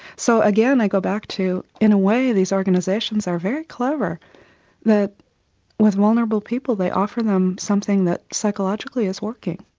so again i go back to in a way these organisations are very clever with vulnerable people, they offer them something that psychologically is working.